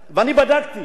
אדוני היושב-ראש,